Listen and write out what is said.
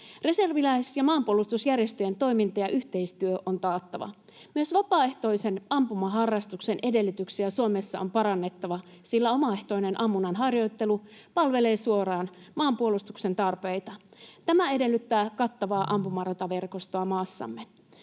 Reserviläis‑ ja maanpuolustusjärjestöjen toiminta ja yhteistyö on taattava. Myös vapaaehtoisen ampumaharrastuksen edellytyksiä Suomessa on parannettava, sillä omaehtoinen ammunnan harjoittelu palvelee suoraan maanpuolustuksen tarpeita. Tämä edellyttää kattavaa ampumarataverkostoa maassamme.